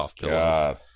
God